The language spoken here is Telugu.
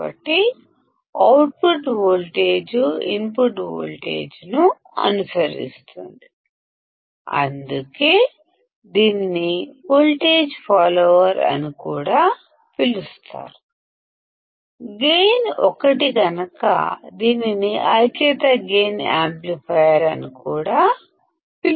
కాబట్టి అవుట్పుట్ వోల్టేజ్ ఇన్పుట్ వోల్టేజ్ ను అనుసరిస్తుంది అందుకే దీనిని వోల్టేజ్ ఫాలోయర్ అని కూడా పిలుస్తారు గైన్ ఒకటి కనుక దీనిని యూనిటీ గైన్ యాంప్లిఫైయర్ అని కూడా పిలుస్తారు